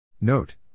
Note